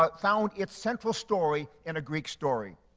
but found its central story in a greek story.